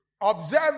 observe